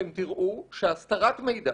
אתם תראו שהסתרת מידע